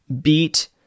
beat